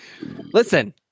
Listen